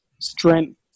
strength